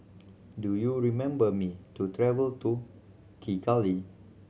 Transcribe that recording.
do you remember me to travel to Kigali